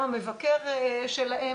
גם המבקר שלהם,